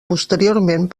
posteriorment